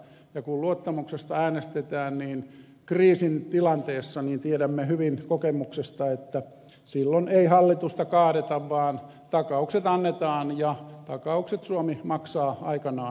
kun luottamuksesta äänestetään kriisitilanteessa niin tiedämme hyvin kokemuksesta että silloin ei hallitusta kaadeta vaan takaukset annetaan ja takaukset suomi maksaa aikanaan